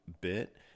bit